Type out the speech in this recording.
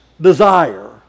desire